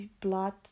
blood